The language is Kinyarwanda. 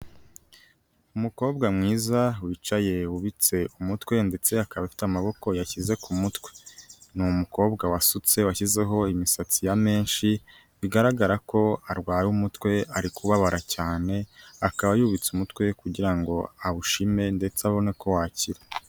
Umukobwa mwiza wicaye, wubitse umutwe ndetse akaba afite amaboko yashyize ku mutwe. Ni umukobwa wasutse, washyizeho imisatsi ya menshi, bigaragara ko arwaye umutwe, ari kubabara cyane, akaba yubitse umutwe kugira ngo awushime ndetse abone ko wakira.